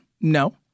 No